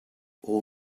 all